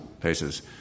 places